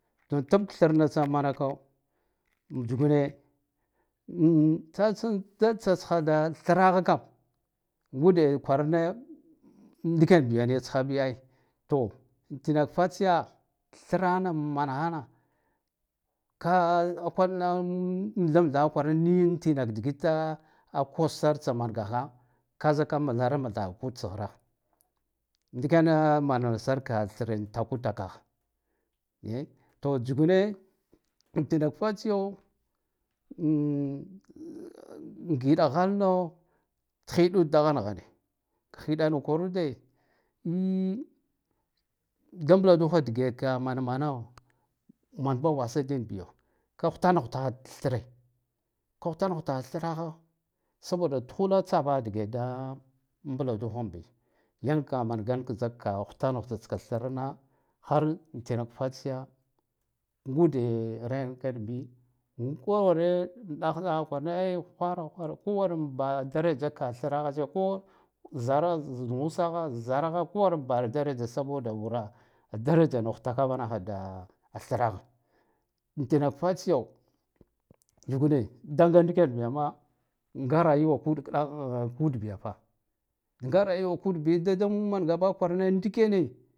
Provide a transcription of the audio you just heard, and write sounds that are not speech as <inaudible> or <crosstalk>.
To tibk thrna tsamako ntsugune <hesitation> da tsatsgha da thrahakam ngude kwarane ndikenbiya tskha bi ai to tinak fatsiya thranam manaha hana ka <hesitation> ngtha ngthaha kwarane nitsa inak digita a course sar tsamangaha ka zika mtharamthahad tsghrah ndikyane managar ka threna takutakakh ye to tsugune an tinak fatsiyo <hesitation> an giɗaho tkhidud daghanghane khiɗana kwarude li da mbladuha dge ka mana mano man ba wasa din biya ka ghutanghutakhat thre ka ghutan ghutakha thragho saboda tkhulo tsabaha dge da mbla duham bi yan ka mangan ka zikka ghutaghtska da thrarna har entenak fatsiya nyuden renkai bi an koware uɗagh kikha kwara ghwaro kowaram baha derejeka thraha <hesitation> ko zaras nusagha zaragha kowaram bara dereja sboda wura derejana ghutakavanaha da a thragha a tinak fatsiyo tsugune da ndiken biya ma nga rawak ud kɗa <hesitation> ud biya fa nga rayuwak ud bi da dammangabeha kwarane ndikene.